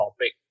topic